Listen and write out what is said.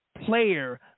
player